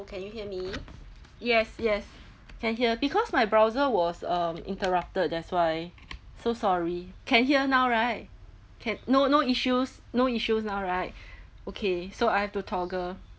can you hear me yes yes can hear because my browser was um interrupted that's why so sorry can hear now right can no no issues no issues now right okay so I have to toggle